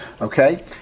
Okay